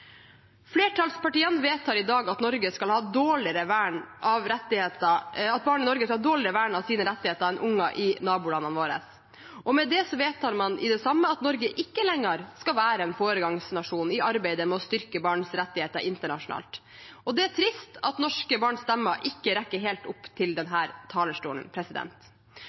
Flertallspartiene vedtar i dag at barn i Norge skal ha dårligere vern av sine rettigheter enn unger i nabolandene våre, og med det vedtar man med det samme at Norge ikke lenger skal være en foregangsnasjon i arbeidet med å styrke barns rettigheter internasjonalt. Det er trist at norske barns stemmer ikke rekker helt opp til denne talerstolen.